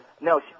no